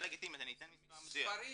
לא, הבקשה לגיטימית, אני אתן מספר מדויק.